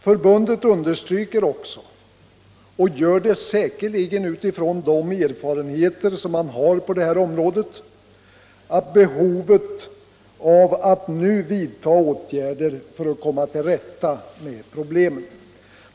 Förbundet understryker också — och gör det säkerligen utifrån de erfarenheter man har på detta område — behovet av att nu vidta åtgärder för att komma till rätta med problemen.